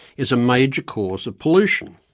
is a major cause of pollution.